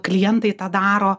klientai tą daro